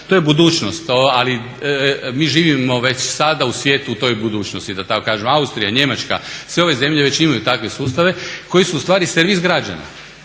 to je budućnost, ali mi živimo već sada u svijetu u toj budućnosti da tako kažem. Austrija, Njemačka sve ove zemlje već imaju takve sustave koji su servis građana